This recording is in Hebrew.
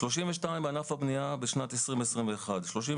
32 הרוגים בענף הבנייה בשנת 2021 ו-32